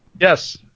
Yes